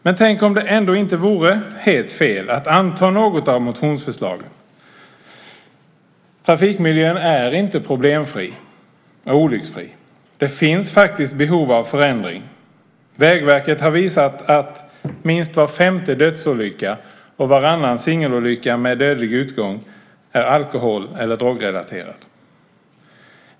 Men tänk om det ändå inte vore helt fel att anta något av motionsförslagen. Trafikmiljön är inte problemfri och olycksfri. Det finns faktiskt behov av förändring. Vägverket har visat att minst var femte dödsolycka och varannan singelolycka med dödlig utgång är alkohol eller drogrelaterad.